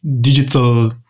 digital